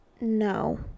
No